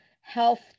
health